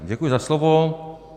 Děkuji za slovo.